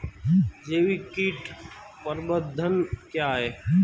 जैविक कीट प्रबंधन क्या है?